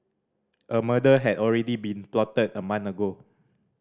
a murder had already been plotted a month ago